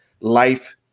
life